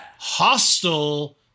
Hostile